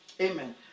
amen